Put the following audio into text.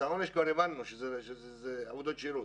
את העונש כבר הבנו, הבנו שאלה עבודות שירות.